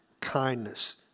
kindness